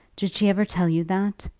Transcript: did she ever tell you that?